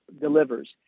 delivers